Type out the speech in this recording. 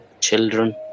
children